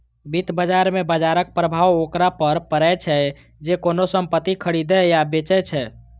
वित्त बाजार मे बाजरक प्रभाव ओकरा पर पड़ै छै, जे कोनो संपत्ति खरीदै या बेचै छै